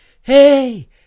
hey